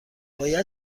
باید